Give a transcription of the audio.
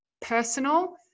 personal